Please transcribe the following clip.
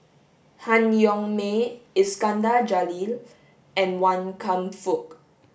Han Yong May Iskandar Jalil and Wan Kam Fook